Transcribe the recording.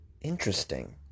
Interesting